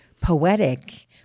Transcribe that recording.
poetic